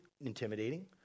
intimidating